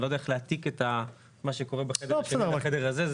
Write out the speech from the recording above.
אני לא יודע איך להעתיק את מה שקורה בחדר השני ובחדר הזה.